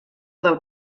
del